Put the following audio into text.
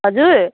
हजुर